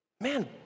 Man